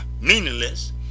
meaningless